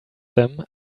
them